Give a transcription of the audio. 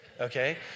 Okay